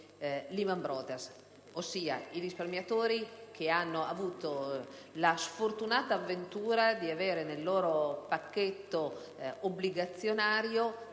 fa in relazione ai risparmiatori che hanno avuto la sfortunata ventura di avere nel loro pacchetto obbligazionario